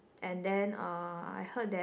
and then uh I heard that